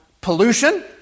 pollution